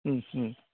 മ് മ്